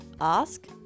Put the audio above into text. ask